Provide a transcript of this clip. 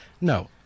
No